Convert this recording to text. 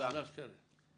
אלעזר שטרן.